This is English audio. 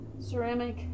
ceramic